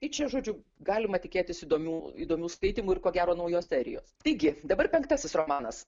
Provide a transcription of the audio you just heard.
tai čia žodžiu galima tikėtis įdomių įdomių skaitymų ir ko gero naujos serijos taigi dabar penktasis romanas